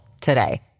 today